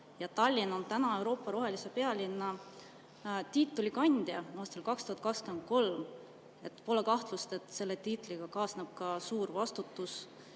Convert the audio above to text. Tallinn on Euroopa rohelise pealinna tiitli kandja aastal 2023. Pole kahtlust, et selle tiitliga kaasneb ka suur vastutus